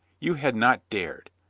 you had not dared.